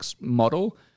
model